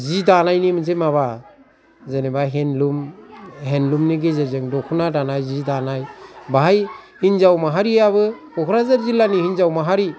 जि दानायनि मोनसे माबा जेनबा हेन्दलुम हेन्दलुमनि गेजेरजों दख'ना दानाय जि दानाय बाहाय हिनजाव माहारियाबो क'क्राझार जिल्लानि हिनजाव माहारि